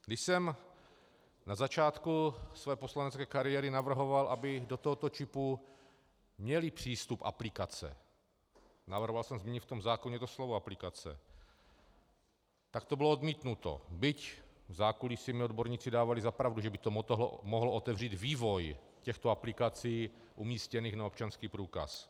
Když jsem na začátku své poslanecké kariéry navrhoval, aby do tohoto čipu měly přístup aplikace, navrhoval jsem změny v tom zákoně, doslova aplikace, tak to bylo odmítnuto, byť v zákulisí mi odborníci dávali za pravdu, že by to mohlo otevřít vývoj těchto aplikací umístěných na občanský průkaz.